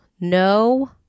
No